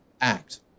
act